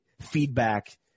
feedback